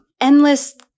endless